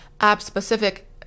app-specific